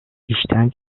i̇şten